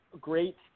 great